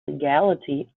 legality